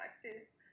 practice